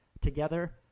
together